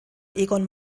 egon